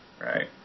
right